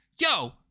yo